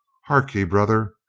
hark ye, brother,